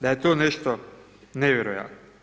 da je to nešto nevjerojatno.